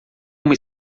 uma